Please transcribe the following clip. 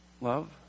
Love